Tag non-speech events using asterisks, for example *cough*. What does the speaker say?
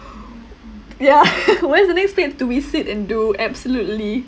yeah *laughs* when's the next date to visit and do absolutely